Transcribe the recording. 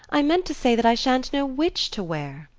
i meant to say that i shan't know which to wear.